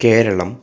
Keralam